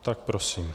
Tak prosím.